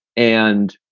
and.